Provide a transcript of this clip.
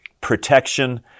protection